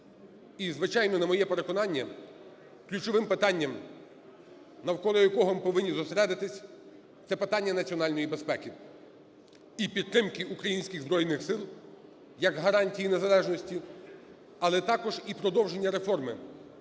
І, звичайно, на моє переконання, ключовим питанням, навколо якого ми повинні зосередитись, це питання національної безпеки і підтримки українських Збройних Сил як гарантії незалежності, але також і продовження реформи